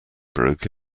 broke